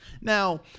Now